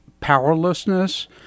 powerlessness